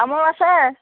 তামোল আছে